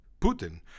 Putin